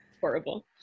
horrible